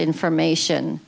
information